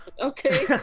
Okay